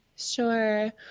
Sure